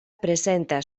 presenta